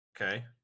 Okay